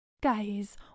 Guys